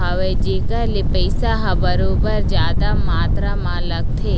हवय जेखर ले पइसा ह बरोबर जादा मातरा म लगथे